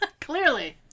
Clearly